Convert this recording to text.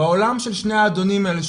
בעולם של שני האדונים האלה,